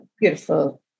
beautiful